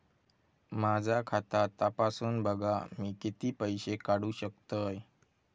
माझा खाता तपासून बघा मी किती पैशे काढू शकतय?